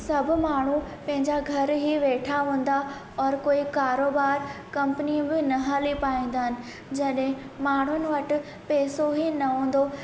सभु माण्हू पंहिंजा घर ई वेठा हूंदा और कोई कारोबार कंपनियूं बि न हली पाईंदा आहिनि जॾहिं माण्हुनि वटि पेसो ई न हूंदो त